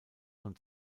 von